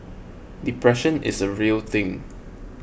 depression is a real thing